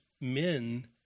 men